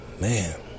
man